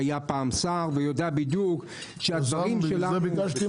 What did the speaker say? שהיה פעם שר ויודע בדיוק איך דברים משתנים